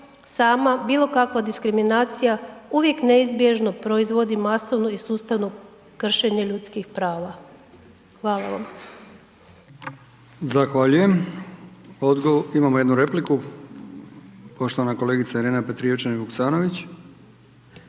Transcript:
sama bilo kakva diskriminacija uvijek neizbježno proizvodi masovno i sustavno kršenje ljudskih prava. Hvala vam. **Brkić, Milijan (HDZ)** Zahvaljujem. Imamo jednu repliku, poštovana kolegica Irena Petrijevčanin Vuksanović.